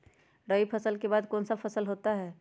रवि फसल के बाद कौन सा फसल होता है?